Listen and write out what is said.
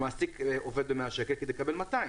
לכן,